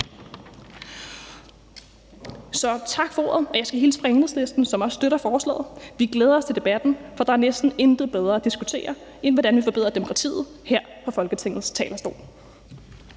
Så tak for ordet. Jeg skulle hilse fra Enhedslisten, som også støtter forslaget. Vi glæder os til debatten, for der er næsten intet bedre at diskutere, end hvordan vi forbedrer demokratiet, her fra Folketingets talerstol.